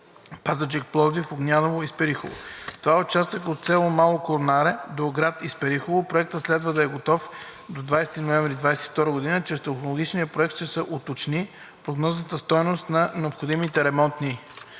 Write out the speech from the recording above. Пазарджик – Пловдив – Огняново – Исперихово. Това е участъкът от село Мало Конаре до град Исперихово. Проектът следва да е готов до 20 ноември 2022 г. Чрез технологичния проект ще се уточни прогнозната стойност на необходимите ремонтни